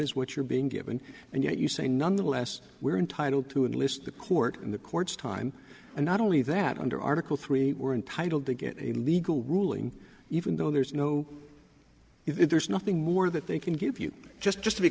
is what you're being given and yet you say nonetheless we're entitled to enlist the court in the court's time and not only that under article three we're entitled to get a legal ruling even though there's no if there's nothing more that they can give you just just